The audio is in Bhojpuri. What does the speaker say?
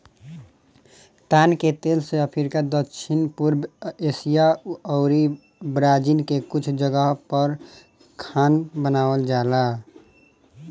ताड़ के तेल से अफ्रीका, दक्षिण पूर्व एशिया अउरी ब्राजील के कुछ जगह पअ खाना बनावल जाला